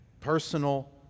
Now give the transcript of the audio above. personal